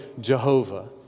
Jehovah